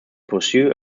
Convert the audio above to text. pursue